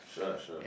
sure sure